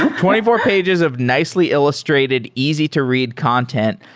twenty four pages of nicely illustrated easy to read content.